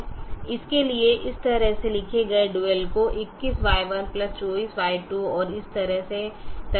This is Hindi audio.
इसके लिए इस तरह से लिखे गए ड्यूल को 21Y124Y2 और इसी तरह कम से कम करें